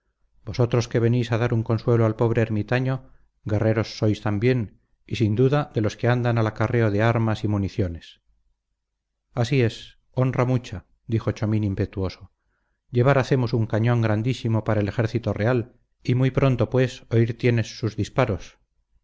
vosotros que venís a dar un consuelo al pobre ermitaño guerreros sois también y sin duda de los que andan al acarreo de armas y municiones así es honra mucha dijo chomín impetuoso llevar hacemos un cañón grandísimo para el ejército real y muy pronto pues oír tienes sus disparos